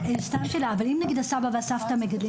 נגיד שהסבא והסבתא מגדלים